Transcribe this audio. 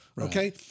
Okay